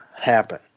happen